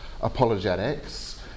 apologetics